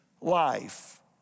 life